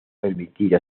permitir